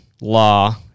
law